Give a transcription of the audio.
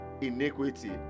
iniquity